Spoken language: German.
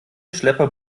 schlepper